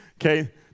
okay